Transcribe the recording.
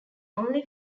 only